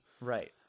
right